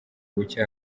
buke